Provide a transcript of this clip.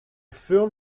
film